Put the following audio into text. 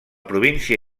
província